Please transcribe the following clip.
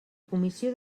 comissió